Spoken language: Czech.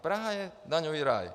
Praha je daňový ráj.